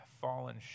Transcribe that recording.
fallen